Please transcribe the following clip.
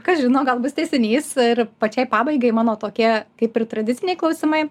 kas žino gal bus tęsinys ir pačiai pabaigai mano tokie kaip ir tradiciniai klausimai